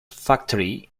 factory